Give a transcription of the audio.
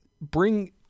bring